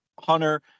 Hunter